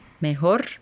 Mejor